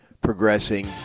progressing